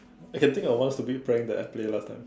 I can think of one stupid prank that I play last time